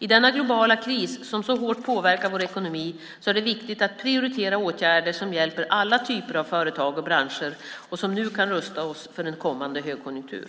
I denna globala kris som så hårt påverkar vår ekonomi är det viktigt att prioritera åtgärder som hjälper alla typer av företag och branscher och som nu kan rusta oss för en kommande högkonjunktur.